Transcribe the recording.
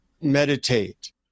meditate